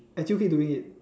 I still keep doing it